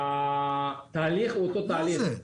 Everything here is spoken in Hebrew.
התהליך הוא אותו תהליך,